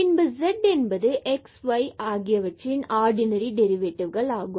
பின்பு z என்பது x மற்றும் y ஆகியவற்றின் ஆர்டினரி டெரிவேட்டிவ்கள் ஆகும்